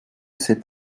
cet